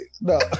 No